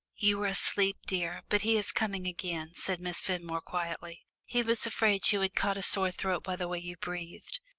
you were asleep, dear, but he is coming again, said miss fenmore quietly. he was afraid you had got a sore throat by the way you breathed.